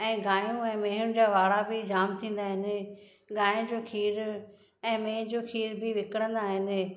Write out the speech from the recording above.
ऐं गाहियूं ऐं मेहुनि जा वाड़ा बि जाम थींदा आहिनि गांइ जो खीर ऐं मेहि जो खीर बि विकणंदा आहिनि